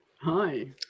Hi